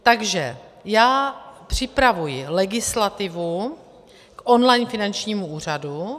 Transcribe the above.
Takže já připravuji legislativu online finančnímu úřadu.